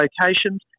locations